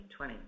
2020